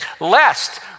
lest